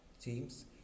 teams